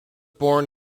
born